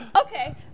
Okay